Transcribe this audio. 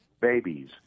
babies